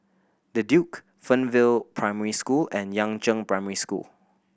The Duke Fernvale Primary School and Yangzheng Primary School